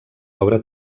obra